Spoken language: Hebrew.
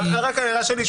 רק ההערה שלי,